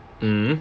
mm